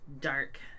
dark